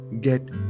get